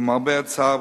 למרבה הצער,